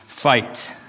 Fight